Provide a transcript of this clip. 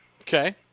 Okay